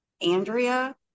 Andrea